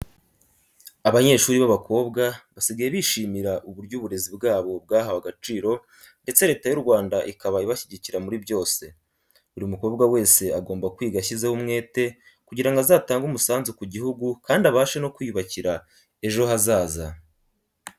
Abanyeshuri b'abakobwa basigaye bishimira uburyo uburezi bwabo bwahawe agaciro ndetse Leta y'u Rwanda ikaba ibashyigikira muri byose. Buri mukobwa wese agomba kwiga ashyizeho umwete kugira ngo azatange umusanzu ku gihugu kandi abashe no kwiyubakira ejo hazaza.